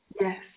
Yes